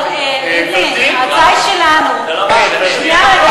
אבל ריבלין, ההצעה היא שלנו, את רוצה, ?